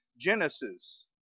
Genesis